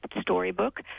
storybook